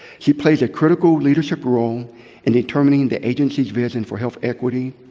she plays a critical leadership role in determining the agency's for health equity,